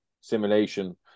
simulation